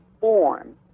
form